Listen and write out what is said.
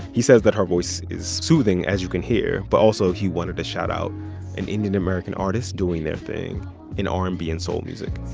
he says that her voice is soothing, as you can hear, but also he wanted to shout out an indian-american artist doing their thing in r and b and soul music